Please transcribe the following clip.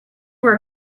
were